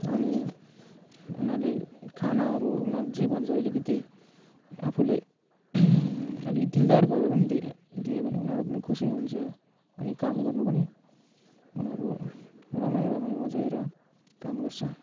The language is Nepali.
अनि उनीहरूले खानाहरू उनीहरूले जे भन्छ अलिकति आफूले अलिकति दिलदार भएर पनि दियो भने उनीहरू पनि खुसी हुन्छ अनि काम गर्नु पनि उनीहरू रमाई रमाई मजाले काम गर्छ